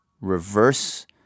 reverse